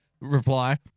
Reply